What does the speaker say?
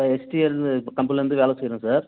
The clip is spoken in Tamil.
சார் எஸ்டிஎல் கம்பெனில்ல இருந்து வேலை செய்யறோம் சார்